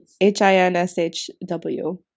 H-I-N-S-H-W